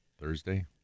Thursday